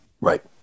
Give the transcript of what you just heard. Right